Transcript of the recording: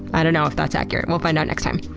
i don't know if that's accurate. we'll find out next time.